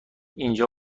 اینجا